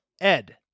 Ed